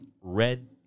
red